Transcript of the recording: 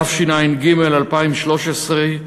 התשע"ג 2013,